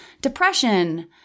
depression